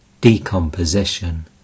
Decomposition